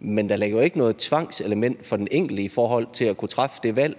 men der ligger jo ikke noget tvangselement for den enkelte i forbindelse med at kunne træffe det valg.